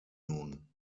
nun